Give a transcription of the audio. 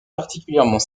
particulièrement